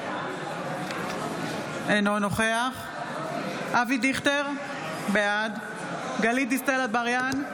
אינו נוכח אבי דיכטר, בעד גלית דיסטל אטבריאן,